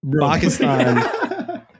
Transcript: Pakistan